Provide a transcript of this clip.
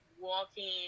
walking